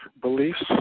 beliefs